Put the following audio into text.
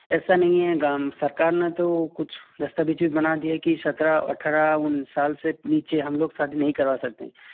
ऐसा नहीं है गाँव सरकार ने तो कुछ सभी चीज़ बना दिया है कि सत्रह अठारह उन्नीस साल से नीचे हम लोग शादी नहीं करवा सकते हैं